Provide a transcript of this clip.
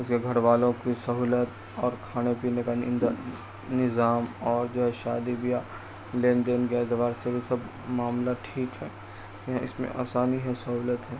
اس کے گھر والوں کی سہولت اور کھانے پینے کا نظام اور جو ہے شادی بیاہ لین دین کے اعتبار سے وہ سب معاملہ ٹھیک ہے اس میں آسانی ہے سہولت ہے